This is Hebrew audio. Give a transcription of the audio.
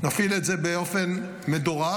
נפעיל את זה באופן מדורג,